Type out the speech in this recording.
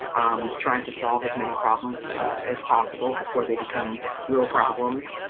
um trying to solve as many problems as possible before they become real problems.